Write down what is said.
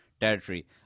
territory